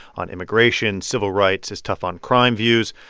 on immigration, civil rights, his tough-on-crime views.